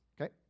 okay